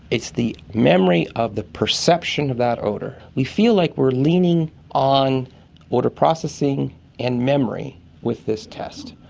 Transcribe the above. it's the memory of the perception of that odour. we feel like we are leaning on odour processing and memory with this test.